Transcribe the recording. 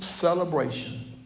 celebration